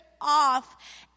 off